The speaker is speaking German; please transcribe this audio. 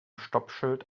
stoppschild